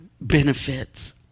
benefits